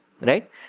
right